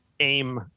AIM